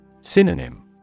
Synonym